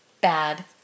Bad